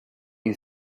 you